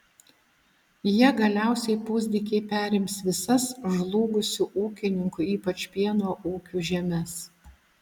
jie galiausiai pusdykiai perims visas žlugusių ūkininkų ypač pieno ūkių žemes